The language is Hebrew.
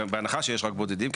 בהנחה שיש רק בודדים.